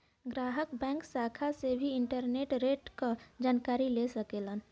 ग्राहक बैंक शाखा से भी इंटरेस्ट रेट क जानकारी ले सकलन